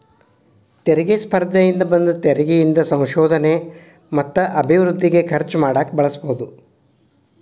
ತೆರಿಗೆ ಸ್ಪರ್ಧೆಯಿಂದ ಬಂದ ತೆರಿಗಿ ಇಂದ ಸಂಶೋಧನೆ ಮತ್ತ ಅಭಿವೃದ್ಧಿಗೆ ಖರ್ಚು ಮಾಡಕ ಬಳಸಬೋದ್